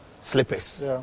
slippers